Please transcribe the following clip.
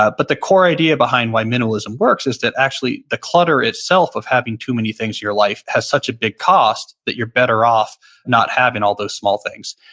ah but the core idea behind why minimalism works is that actually, the clutter itself of having too many things in your life has such a big cost that you're better off not having all those small things.